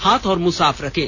हाथ और मुंह साफ रखें